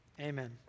Amen